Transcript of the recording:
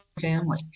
family